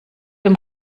dem